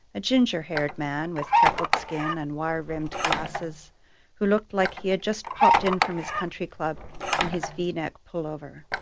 a ginger-haired man with freckled skin and wire-rimmed glasses who looked like he had just popped in from his country club in his v-neck pullover,